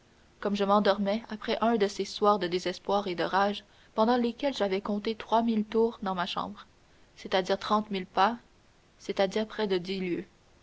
comme je m'endormais après un de ces soirs de désespoir et de rage pendant lesquels j'avais compté trois mille tours dans ma chambre c'est-à-dire trente mille pas c'est-à-dire à peu près dix lieues